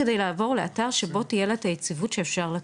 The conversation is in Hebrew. על מנת לעבור לאתר שבו תהיה לה את היציבות שאפשר לתת.